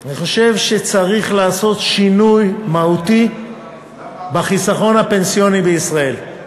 אני חושב שצריך לעשות שינוי מהותי בחיסכון הפנסיוני בישראל.